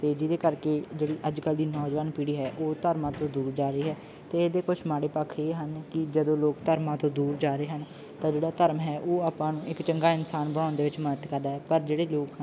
ਅਤੇ ਜਿਹਦੇ ਕਰਕੇ ਜਿਹੜੀ ਅੱਜ ਕੱਲ੍ਹ ਦੀ ਨੌਜਵਾਨ ਪੀੜ੍ਹੀ ਹੈ ਉਹ ਧਰਮਾਂ ਤੋਂ ਦੂਰ ਜਾ ਰਹੀ ਹੈ ਅਤੇ ਇਹਦੇ ਕੁਛ ਮਾੜੇ ਪੱਖ ਇਹ ਹਨ ਕਿ ਜਦੋਂ ਲੋਕ ਧਰਮਾਂ ਤੋਂ ਦੂਰ ਜਾ ਰਹੇ ਹਨ ਤਾਂ ਜਿਹੜਾ ਧਰਮ ਹੈ ਉਹ ਆਪਾਂ ਨੂੰ ਇੱਕ ਚੰਗਾ ਇਨਸਾਨ ਬਣਾਉਣ ਦੇ ਵਿੱਚ ਮਦਦ ਕਰਦਾ ਹੈ ਪਰ ਜਿਹੜੇ ਲੋਕ ਹਨ